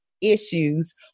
issues